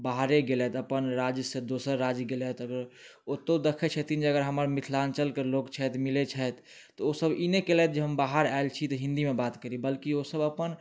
बाहरे गेलथि अपन राजसँ दोसर राज गेलथि अगर ओतहुँ देखैत छथिन जे हमर मिथलाञ्चलकऽ लोक छथि मिलैत छथि ओसब ई नहि कयलथि जे हम बाहर आएल छी तऽ हिन्दीमे बात करी बल्कि ओसब अपन